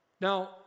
Now